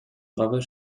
gravats